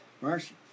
Mercy